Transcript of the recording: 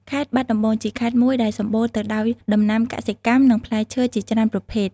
ខេត្តបាត់ដំបង ជាខេត្តមួយដែលសំបូរទៅដោយដំណាំកសិកម្មនិងផ្លែឈើជាច្រើនប្រភេទ។